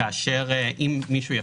שאומר שאם מישהו יפר,